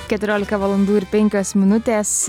keturiolika valandų ir penkios minutės